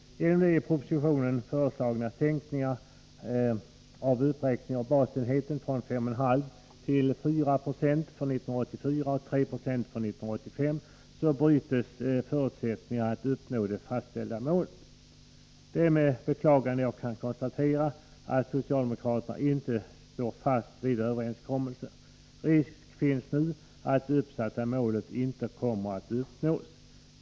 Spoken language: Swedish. Genom de i propositionen föreslagna sänkningarna av uppräkningen av basenheten från 5,5 96 till 4 20 för 1984 och 3 20 för 1985 bryts förutsättningarna för att uppnå det fastställda målet. Det är med beklagande jag kan konstatera att socialdemokraterna inte står fast vid överenskommelsen. Risk finns nu att det uppsatta målet inte kommer att uppnås.